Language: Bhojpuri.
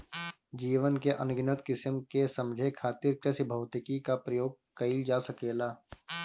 जीवन के अनगिनत किसिम के समझे खातिर कृषिभौतिकी क प्रयोग कइल जा सकेला